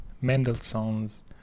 Mendelssohn's